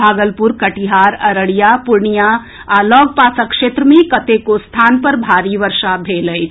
भागलपुर कटिहार अररिया आ पूर्णियां आ लऽग पासक क्षेत्र मे कतेको स्थान पर भारी वर्षा भेल अछि